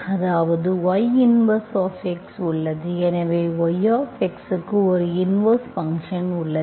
அதாவதுy 1 உள்ளது எனவே y க்கு ஒரு இன்வெர்ஸ் ஃபங்க்ஷன் உள்ளது